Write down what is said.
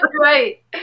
right